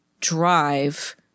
drive